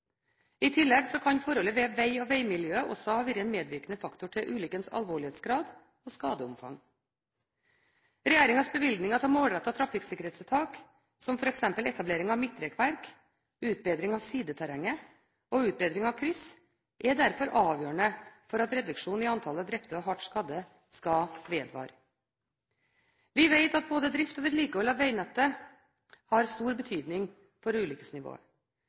I tillegg kan forhold ved veg og vegmiljø også ha vært en medvirkende faktor til ulykkens alvorlighetsgrad og skadeomfang. Regjeringens bevilgninger til målrettede trafikksikkerhetstiltak, som f.eks. etablering av midtrekkverk, utbedring av sideterreng og utbedring av kryss, er derfor avgjørende for at reduksjonen i antall drepte og hardt skadde skal vedvare. Vi vet at både drift og vedlikehold av vegnettet har stor betydning for